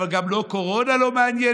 אבל גם קורונה לא מעניינת?